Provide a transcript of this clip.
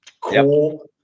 cool